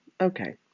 Okay